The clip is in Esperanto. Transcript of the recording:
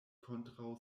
kontraŭ